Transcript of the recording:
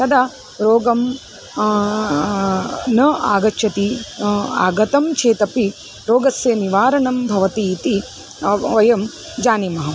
तदा रोगं न आगच्छति आगतं चेदपि रोगस्य निवारणं भवति इति वयं जानीमः